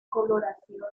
coloración